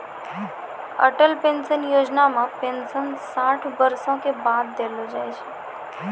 Atal pension Yojana मे pension साठ बरसो के बाद देलो जाय छै